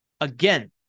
again